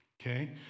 okay